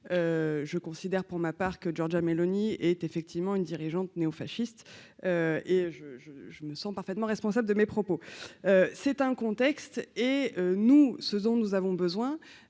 je considère pour ma part que Georgia Meloni est effectivement une dirigeante néo-fasciste et je, je, je me sens parfaitement responsable de mes propos, c'est un contexte et nous ce dont nous avons besoin,